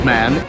Man